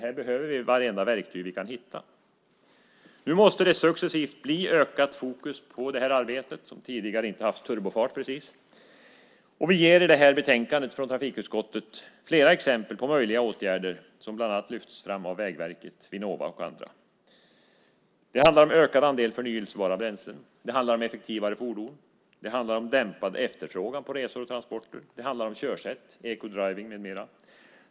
Här behöver vi nämligen vartenda verktyg som vi kan hitta. Nu måste det successivt bli ett ökat fokus på detta arbete som tidigare inte haft turbofart precis. Vi ger i detta betänkande från trafikutskottet flera exempel på möjliga åtgärder som lyfts fram av bland andra Vägverket, Vinnova och andra. Det handlar om en ökad andel av förnybara bränslen. Det handlar om effektivare fordon. Det handlar om dämpad efterfrågan på resor och transporter. Det handlar om körsätt - eco driving med mera.